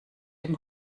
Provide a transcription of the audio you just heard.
dem